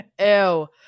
ew